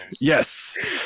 yes